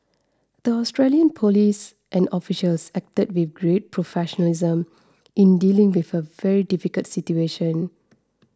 the Australian police and officials acted with great professionalism in dealing with a very difficult situation